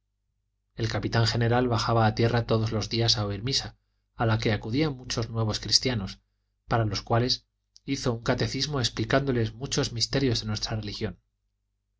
el capitán general bajaba a tierra todos los días a oír misa a la que acudían muchos nuevos cristianos para los cuales hizo un catecismo explicándoles muchos misterios de nuestra religión